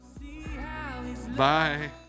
Bye